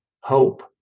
hope